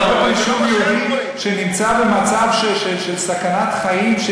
אני רואה פה יישוב יהודי שנמצא במצב של סכנת חיים.